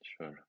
sure